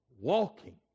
walking